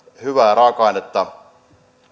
hyvää raaka ainetta